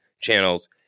channels